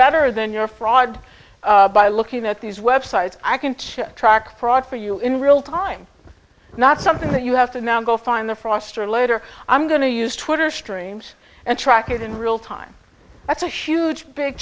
better than your fraud by looking at these websites i can chip track brought for you in real time not something that you have to now go find the frost or later i'm going to use twitter streams and track it in real time that's a huge big